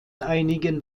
einigen